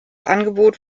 angebot